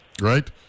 right